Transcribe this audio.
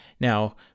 Now